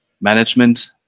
management